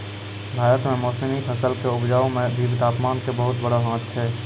भारत मॅ मौसमी फसल कॅ उपजाय मॅ भी तामपान के बहुत बड़ो हाथ छै